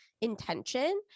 intention